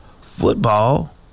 football